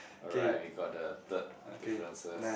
alright we got the third differences